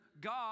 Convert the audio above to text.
God